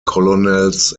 colonels